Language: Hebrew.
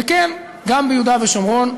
וכן, גם ביהודה ושומרון,